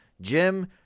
Jim